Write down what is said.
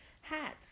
hats